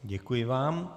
Děkuji vám.